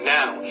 now